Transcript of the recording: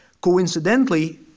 Coincidentally